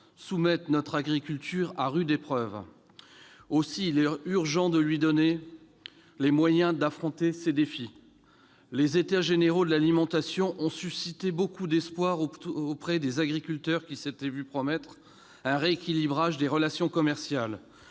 soumettent notre agriculture à rude épreuve. Aussi est-il urgent de lui donner les moyens d'affronter ces défis. Les États généraux de l'alimentation ont suscité beaucoup d'espoirs chez les agriculteurs, qui s'étaient vu promettre un rééquilibrage des relations commerciales